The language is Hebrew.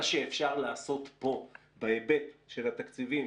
ומה שאפשר לעשות פה בהיבט של התקציבים